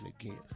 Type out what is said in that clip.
again